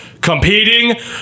competing